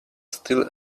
still